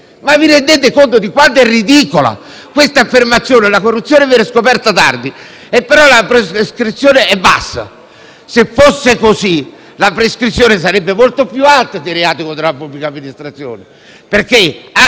Ma vi rendete conto di quanto sia ridicola questa affermazione? La corruzione viene scoperta tardi, però la prescrizione è bassa. Se fosse così, la prescrizione per reati contro la pubblica amministrazione